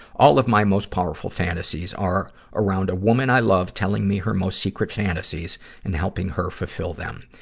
all of my most powerful fantasies are around a woman i love telling me her most secret fantasies and helping her fulfill them.